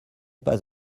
pas